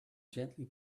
gently